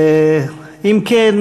אם כן,